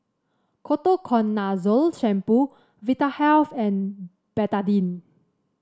Ketoconazole Shampoo Vitahealth and Betadine